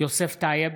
יוסף טייב,